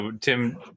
Tim